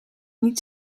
niet